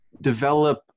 develop